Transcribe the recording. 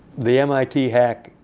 the mit hack,